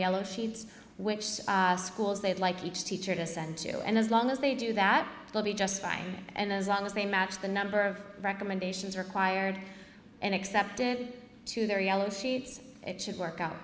yellow sheets which schools they'd like each teacher to send to and as long as they do that will be just fine and as long as they match the number of recommendations required and accepted to their yellow sheets it should work out